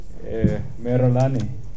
Merolani